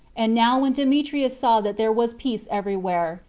and now when demetrius saw that there was peace every where,